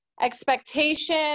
expectation